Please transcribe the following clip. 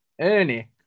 Ernie